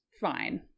fine